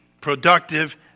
productive